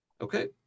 okay